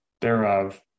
thereof